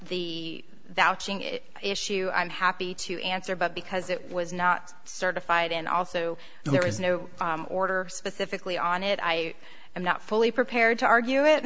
it issue i'm happy to answer but because it was not certified and also there is no order specifically on it i am not fully prepared to argue it